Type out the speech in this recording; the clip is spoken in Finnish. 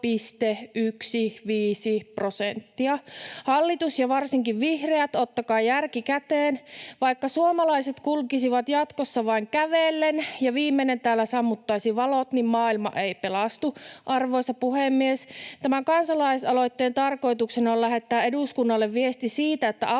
Hallitus ja varsinkin vihreät, ottakaa järki käteen. Vaikka suomalaiset kulkisivat jatkossa vain kävellen ja viimeinen täällä sammuttaisi valot, niin maailma ei pelastu. Arvoisa puhemies! Tämän kansalaisaloitteen tarkoituksena on lähettää eduskunnalle viesti siitä, että autoilijoiden